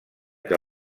que